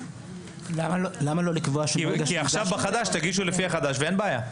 עכשיו בחדש תגישו לפי החדש ואין בעיה.